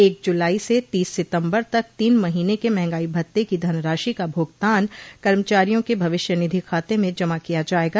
एक जुलाई से तीस सितम्बर तक तीन महींने के मंहगाई भत्ते की धनराशि का भुगतान कर्मचारियों के भविष्यनिधि खाते में जमा किया जायेगा